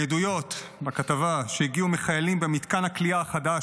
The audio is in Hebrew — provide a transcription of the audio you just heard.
מעדויות בכתבה שהגיעו מחיילים במתקן הכליאה החדש